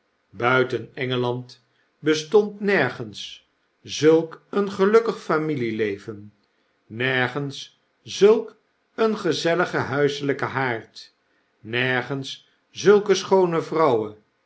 n d bestond nergens zulk een gelukkig familieleven nergens zulk een gezelfige huiselijke haard nergens zulke scnoone vrouwen